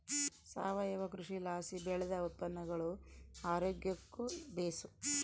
ಸಾವಯವ ಕೃಷಿಲಾಸಿ ಬೆಳ್ದ ಉತ್ಪನ್ನಗುಳು ಆರೋಗ್ಯುಕ್ಕ ಬೇಸು